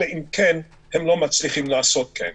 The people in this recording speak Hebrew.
אלא אם כן הם לא מצליחים לעשות כן.